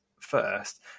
first